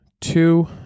two